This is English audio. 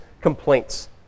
complaints